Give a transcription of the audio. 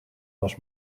was